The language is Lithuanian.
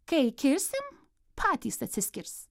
kai kirsim patys atsiskirs